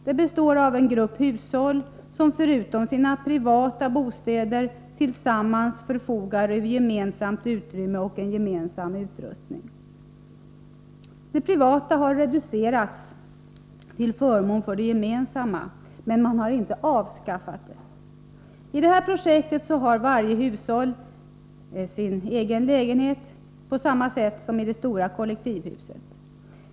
BIG består av en grupp hushåll som, förutom sina privata bostäder, tillsammans förfogar över gemensamt utrymme och gemensam utrustning. Det privata har reducerats till förmån för det gemensamma men inte avskaffats. I detta projekt har varje hushåll sin egen lägenhet på samma sätt som i det stora kollektivhuset.